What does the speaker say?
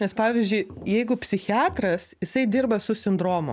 nes pavyzdžiui jeigu psichiatras jisai dirba su sindromu